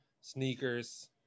sneakers